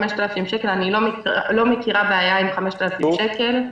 אני לא מכירה בעיה עם 5,000 שקל,